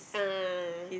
ah